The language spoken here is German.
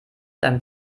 deinem